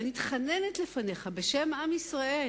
ומתחננת לפניך, בשם עם ישראל: